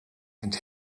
and